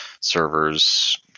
servers